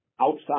outside